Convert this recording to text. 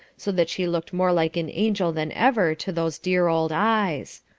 so that she looked more like an angel than ever to those dear old eyes.